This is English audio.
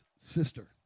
sister